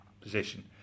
position